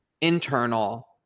internal